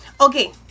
Okay